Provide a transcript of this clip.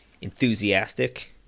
enthusiastic